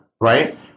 right